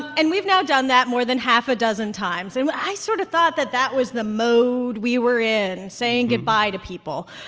and we've now done that more than half a dozen times. and i sort of thought that that was the mode we were in, saying goodbye to people.